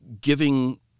giving